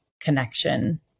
connection